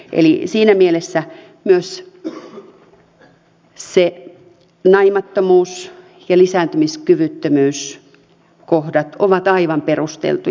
eli siinä mielessä myös ne naimattomuus ja lisääntymiskyvyttömyyskohdat ovat aivan perusteltuja